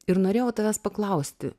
ir norėjau tavęs paklausti